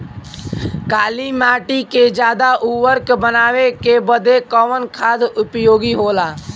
काली माटी के ज्यादा उर्वरक बनावे के बदे कवन खाद उपयोगी होला?